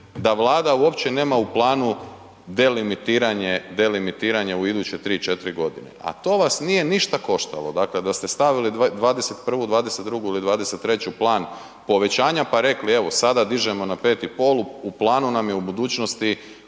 da Vlada uopće nema u planu delimitiranje, delimitiranje u iduće 3, 4 godine, a to vas nije ništa koštalo. Dakle da ste stavili '21., '22. ili '23. plan povećanja pa rekli evo sada dižemo na 5,5 u planu nam je u budućnosti